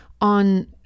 on